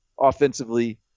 offensively